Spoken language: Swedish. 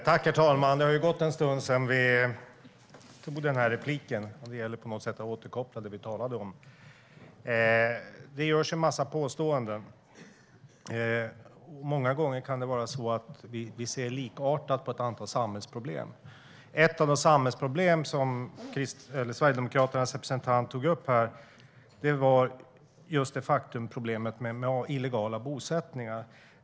Herr talman! Det har ju gått en stund sedan jag begärde replik. Det gäller att återkoppla till vad vi talade om då. Det görs en massa påståenden. Många gånger ser vi likartat på ett antal samhällsproblem. Ett av de samhällsproblem som Sverigedemokraternas representant tog upp här gällde illegala bosättningar.